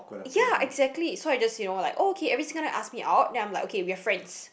ya exactly so I just you know like oh okay every single time he ask me out then I'm like okay we are friends